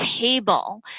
table